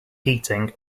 heating